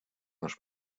наш